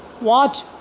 Watch